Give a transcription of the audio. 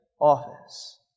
office